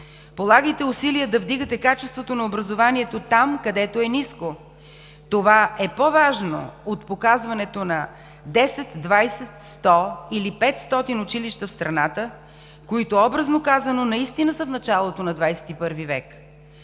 Полагайте усилия да вдигате качеството на образованието там, където е ниско. Това е по-важно от показването на 10, 20, 100 или 500 училища в страната, които, образно казано, наистина са в началото на ХХI век.